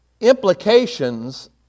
implications